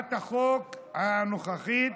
הצעת החוק הנוכחית